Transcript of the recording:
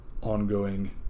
ongoing